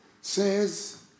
says